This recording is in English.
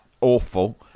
awful